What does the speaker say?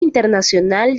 internacional